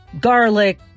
garlic